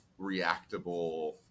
reactable